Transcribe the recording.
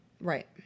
Right